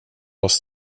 oss